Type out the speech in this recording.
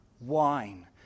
wine